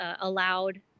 allowed